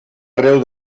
arreu